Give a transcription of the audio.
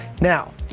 Now